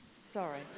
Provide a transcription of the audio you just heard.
Sorry